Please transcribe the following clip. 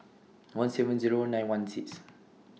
one seven Zero nine one six